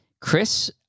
Chris